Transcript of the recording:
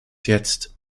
jetzt